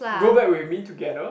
go back with me together